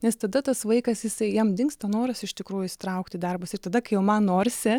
nes tada tas vaikas jisai jam dingsta noras iš tikrųjų įsitraukti į darbus ir tada kai jau man norisi